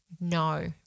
No